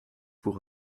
pour